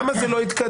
למה זה לא התקדם?